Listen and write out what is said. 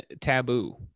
taboo